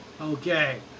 Okay